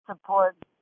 support